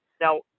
Now